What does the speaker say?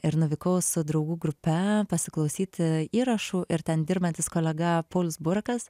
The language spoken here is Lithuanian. ir nuvykau su draugų grupe pasiklausyti įrašų ir ten dirbantis kolega paulius burkas